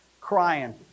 crying